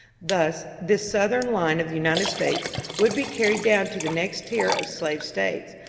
thus the southern line of the united states would be carried down to the next tier of slave states,